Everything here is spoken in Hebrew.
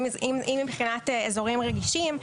אם מבחינת אזורים רגישים,